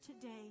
today